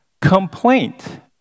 complaint